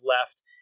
left